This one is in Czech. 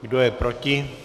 Kdo je proti?